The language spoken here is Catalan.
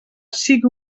sigui